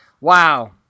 wow